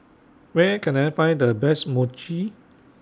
Where Can I Find The Best Mochi